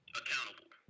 accountable